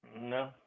No